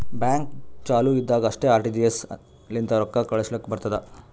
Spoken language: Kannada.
ಬ್ಯಾಂಕ್ ಚಾಲು ಇದ್ದಾಗ್ ಅಷ್ಟೇ ಆರ್.ಟಿ.ಜಿ.ಎಸ್ ಲಿಂತ ರೊಕ್ಕಾ ಕಳುಸ್ಲಾಕ್ ಬರ್ತುದ್